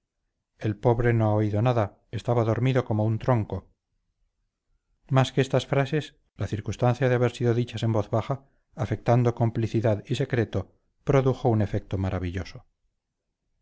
el pobre no ha oído nada estaba dormido como un tronco más que estas frases la circunstancia de haber sido dichas en voz baja afectando complicidad y secreto produjo un efecto maravilloso